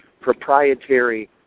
proprietary